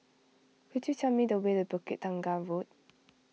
could you tell me the way to Bukit Tunggal Road